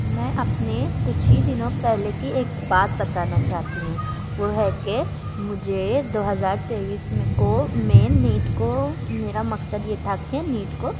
میں اپنے کچھ ہی دنوں پہلے کی ایک بات بتانا چاہتی ہوں وہ ہے کہ مجھے دو ہزار تئیس میں کو میں نیٹ کو میرا مقصد یہ تھا کہ نیٹ کو